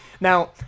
Now